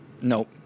nope